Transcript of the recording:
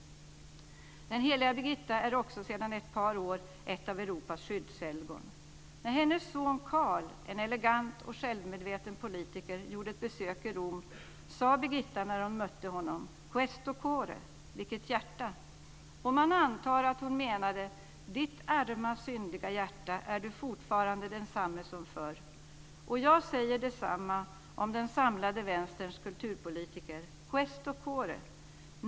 Den heliga Birgitta är också sedan ett par år ett av Europas skyddshelgon. När hennes son Karl, en elegant och självmedveten politiker, gjorde ett besök i Rom sade Birgitta när hon mötte honom: Questo cuore, vilket hjärta. Och man antar att hon menade: Ditt arma syndiga hjärta - är du fortfarande densamme som förr? Jag säger detsamma om den samlade Vänsterns kulturpolitiker: Questo cuore.